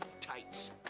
tights